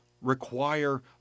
require